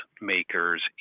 makers